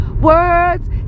Words